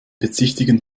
bezichtigen